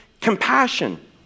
Compassion